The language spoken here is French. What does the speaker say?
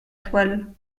toile